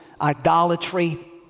idolatry